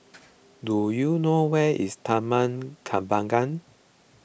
do you know where is Taman Kembangan